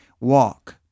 walk